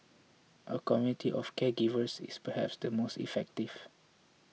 a community of caregivers is perhaps the most effective